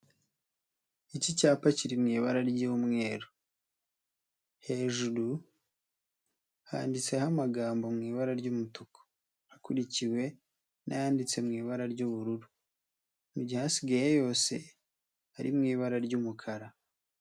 Iki cyapa kiri mu ibara ry'umweru, hejuru handitseho amagambo mu ibara ry'umutuku akurikiwe n'ayanditse mu ibara ry'ubururu. Mu gihe asigaye yose ari mu ibara ry'umukara.